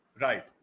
Right